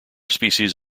species